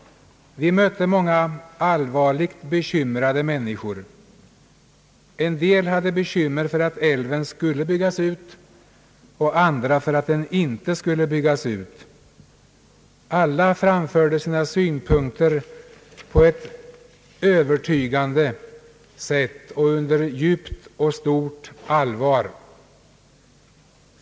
Vi mötte många allvarligt bekymrade människor — en del hade bekymmer för att älven skulle byggas ut och andra för att den icke skulle byggas ut. Alla framförde sina synpunkter på ett övertygande sätt och under djupt och stort allvar.